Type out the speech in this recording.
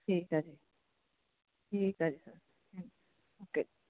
ਠੀਕ ਹੈ ਜੀ ਠੀਕ ਹੈ ਜੀ ਸਰ ਓਕੇ